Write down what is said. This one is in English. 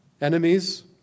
enemies